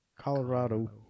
Colorado